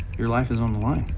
your life is on the line,